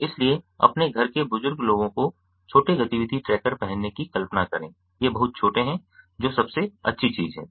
इसलिए अपने घर के बुजुर्ग लोगों को छोटे गतिविधि ट्रैकर्स पहनने की कल्पना करें ये बहुत छोटे हैंजो सबसे अच्छी चीज़ है